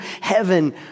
heaven